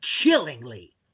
Chillingly